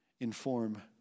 inform